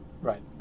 Right